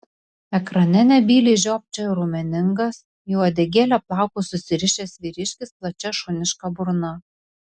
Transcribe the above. ekrane nebyliai žiopčiojo raumeningas į uodegėlę plaukus susirišęs vyriškis plačia šuniška burna